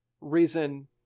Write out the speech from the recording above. reason